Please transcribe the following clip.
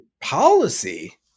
policy